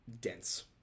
dense